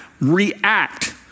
react